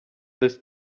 this